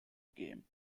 game